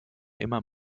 immer